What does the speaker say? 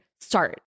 start